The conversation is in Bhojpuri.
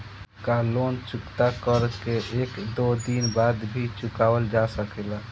का लोन चुकता कर के एक दो दिन बाद भी चुकावल जा सकेला?